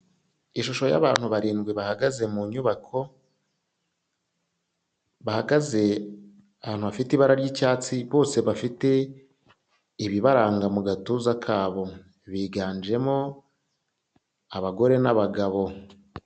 Ishusho y'abantu barindwi bahagaze mu nyubako, bahagaze ahantu hafite ibara ry'icyatsi, bose bafite ibibaranga mu gatuza kabo, biganjemo abagore n'abagabo.